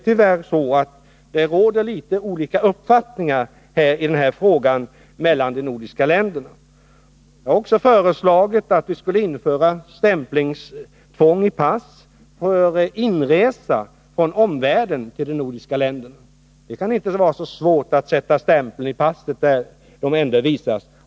Tyvärr råder det litet olika uppfattning i denna fråga mellan de nordiska länderna. Vi har också föreslagit att det skall införas tvång att stämpla pass vid inresa från omvärlden till de nordiska länderna. Det kan inte vara så svårt att sätta en stämpel i passen när dessa ändå visas.